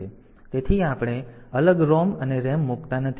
તેથી આપણે અલગ ROM અને RAM મુકતા નથી